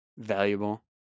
Valuable